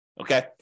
okay